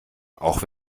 auch